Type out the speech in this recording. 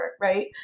Right